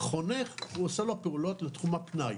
חונך, עושה לו פעולות בתחום הפנאי.